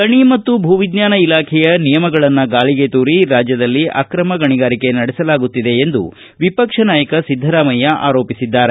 ಗಣಿ ಮತ್ತು ಭೂ ವಿಜ್ವಾನ ಇಲಾಖೆಯ ನಿಯಮಗಳನ್ನು ಗಾಳಿಗೆ ತೂರಿ ರಾಜ್ಯದಲ್ಲಿ ಆಕ್ರಮ ಗಣಿಗಾರಿಕೆ ನಡೆಸಲಾಗುತ್ತಿದೆ ಎಂದು ವಿಪಕ್ಷ ನಾಯಕ ಸಿದ್ದರಾಮಯ್ಲ ಆರೋಪಿಸಿದ್ದಾರೆ